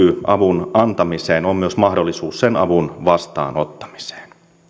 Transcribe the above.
avun antamiseen on myös mahdollisuus sen avun vastaanottamiseen